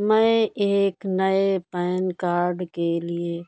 मैं एक नए पैन कार्ड के लिए